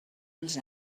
els